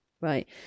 right